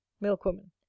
Milkwoman